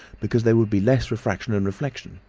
because there would be less refraction and reflection.